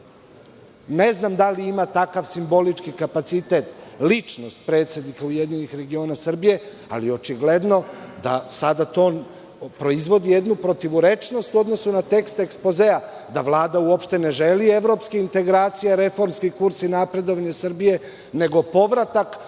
Ne znam da li ima takav simbolički kapacitet ličnost predsednika URS, ali očigledno da sada to proizvodi jednu protivurečnost u odnosu na tekst ekspozea, da Vlada uopšte ne želi evropske integracije, reformski kurs i napredovanje Srbije, nego povratak na pred